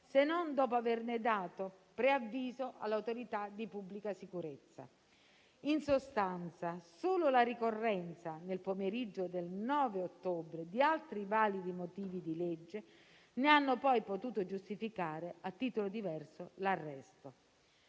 se non dopo averne dato preavviso alle autorità di pubblica sicurezza. In sostanza, solo la ricorrenza, nel pomeriggio del 9 ottobre, di altri validi motivi di legge ne ha poi potuto giustificare a titolo diverso l'arresto.